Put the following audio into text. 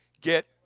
Get